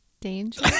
Danger